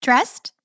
Dressed